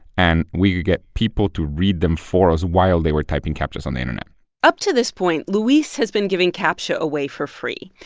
and we could get people to read them for us while they were typing captchas on the internet up to this point, luis has been giving captcha away for free.